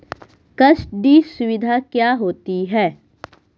Custody सुविधा क्या होती है?